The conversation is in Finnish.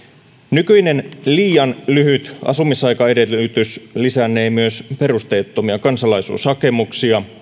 nykyinen liian lyhyt asumisaikaedellytys lisännee myös perusteettomia kansalaisuushakemuksia